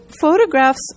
photographs